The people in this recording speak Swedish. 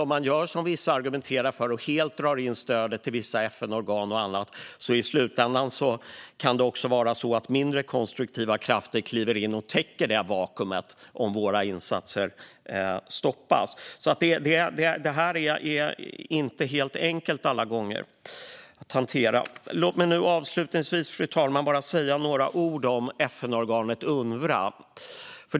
Om man då, som vissa argumenterar för, helt drar in stödet till vissa FN-organ och andra kan det i slutändan bli så att mindre konstruktiva krafter kliver in och täcker det vakuum som uppstår när vi stoppar våra insatser. Det här är inte helt enkelt att hantera alla gånger. Fru talman! Låt mig avslutningsvis säga några ord om FN-organet Unrwa.